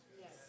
yes